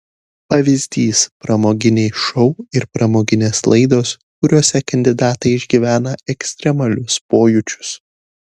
pavyzdys pramoginiai šou ir pramoginės laidos kuriose kandidatai išgyvena ekstremalius pojūčius